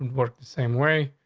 work the same way,